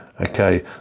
Okay